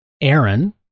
Aaron